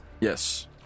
Yes